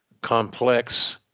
complex